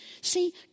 See